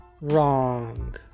wrong